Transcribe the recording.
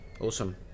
Awesome